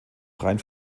freien